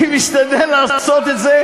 משתדל לעשות את זה,